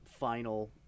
final